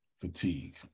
Fatigue